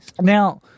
Now